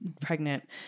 pregnant